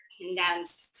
Condensed